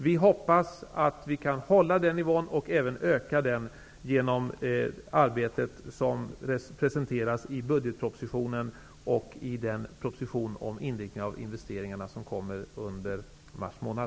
Vi hoppas att vi kan behålla den nivån och även öka den genom det arbete som presenteras i budgetpropositionen och i den proposition om inriktningen av investeringarna som kommer under mars månad.